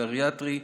גריאטרי,